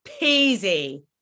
peasy